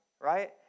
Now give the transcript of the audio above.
right